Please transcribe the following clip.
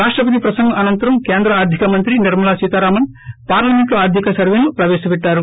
రాష్టపతి ప్రసంగం అనంతరం కేంద్ర ఆర్దిక మంత్రి నిర్మలా సీతారామన్ పార్లమెంట్ లో ఆర్దిక సర్వేను ప్రవేశపెట్టారు